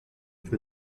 für